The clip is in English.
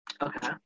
Okay